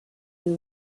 you